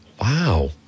wow